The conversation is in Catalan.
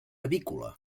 avícola